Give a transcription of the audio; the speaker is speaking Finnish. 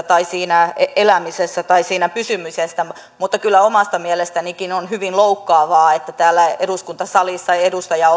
tai siinä elämisestä tai siinä pysymisestä mutta mutta kyllä omasta mielestänikin on hyvin loukkaavaa että täällä eduskuntasalissa edustaja